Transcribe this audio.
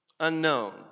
unknown